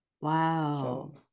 Wow